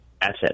asset